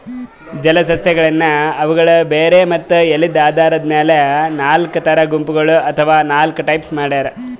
ಜಲಸಸ್ಯಗಳನ್ನ್ ಅವುಗಳ್ ಬೇರ್ ಮತ್ತ್ ಎಲಿದ್ ಆಧಾರದ್ ಮೆಲ್ ನಾಲ್ಕ್ ಥರಾ ಗುಂಪಗೋಳ್ ಅಥವಾ ಟೈಪ್ಸ್ ಮಾಡ್ಯಾರ